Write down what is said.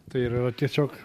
tai ir yra tiesiog